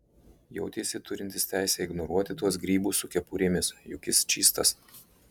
jautėsi turintis teisę ignoruoti tuos grybus su kepurėmis juk jis čystas